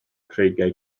creigiau